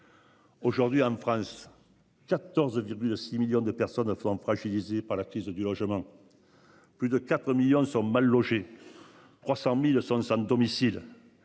Aujourd'hui en France. 14. Plus de 6 millions de personnes. Fragilisée par la crise du logement. Plus de 4 millions sont mal logées. 300.000 sont sans domicile.